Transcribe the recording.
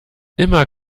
immer